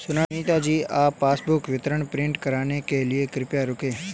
सुनीता जी आप पासबुक विवरण प्रिंट कराने के लिए कृपया रुकें